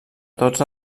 tots